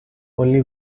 only